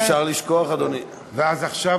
איך אפשר לשכוח, אדוני?